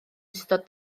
ystod